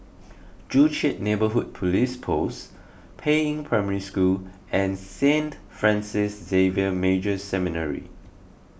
Joo Chiat Neighbourhood Police Post Peiying Primary School and Saint Francis Xavier Major Seminary